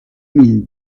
mille